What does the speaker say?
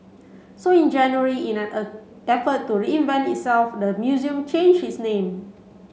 so in January in an effort to reinvent itself the museum changed its name